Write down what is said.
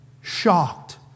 shocked